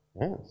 Yes